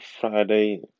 Friday